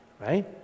right